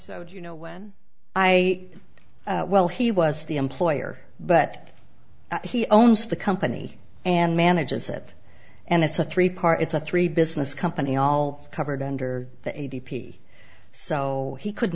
so do you know when i well he was the employer but he owns the company and manages it and it's a three part it's a three business company all covered under the a t p so he could